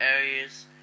area's